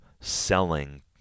selling